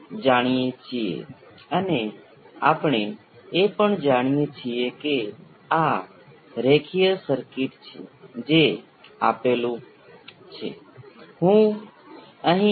હવે અહીંનો current C d V c by d t છે આની સામેનો voltage V s V c છે